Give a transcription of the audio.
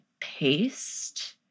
paste